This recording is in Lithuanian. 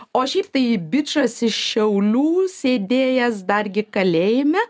o šiaip tai bičas iš šiaulių sėdėjęs dargi kalėjime